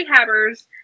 rehabbers